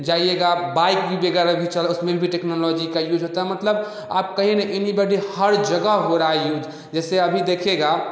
जाइएगा बाइक भी वगैरह भी चला उसमें भी टेक्नोलॉजी का यूज होता है मतलब आप कहीं न एनी बड़ी हर जगह हो रहा है यूज जैसे अभी देखिएगा